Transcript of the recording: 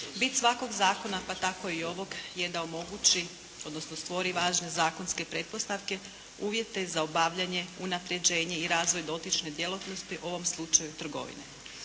Bit svakog zakona pa tako i ovog je da omogući, odnosno stvori važne zakonske pretpostavke, uvjete za obavljanje, unapređenje i razvoj dotične djelatnosti u ovom slučaju trgovine.